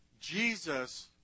Jesus